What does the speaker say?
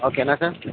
ఓకేనా సార్